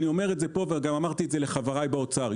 אני אומר פה ואומר גם לחבריי באוצר,